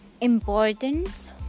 importance